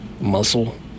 muscle